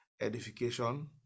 edification